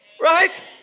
Right